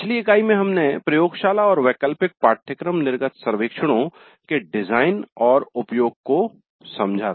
पिछली इकाई में हमने प्रयोगशाला और वैकल्पिक पाठ्यक्रम निर्गत सर्वेक्षणों के डिजाइन और उपयोग को समझा